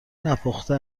نپخته